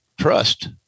trust